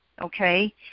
okay